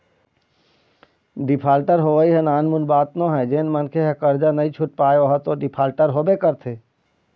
defaulter होवई ह नानमुन बात नोहय जेन मनखे ह करजा नइ छुट पाय ओहा तो डिफाल्टर होबे करथे